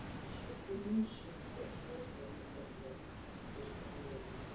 ꯁꯄ꯭ꯂꯤꯃꯦꯟꯁꯤꯡꯗ ꯀꯔꯝꯕ ꯃꯇꯝꯗ ꯗꯤꯁꯀꯥꯎꯟ ꯂꯩꯒꯅꯤ